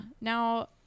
Now